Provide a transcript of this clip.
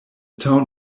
town